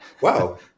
Wow